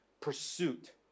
pursuit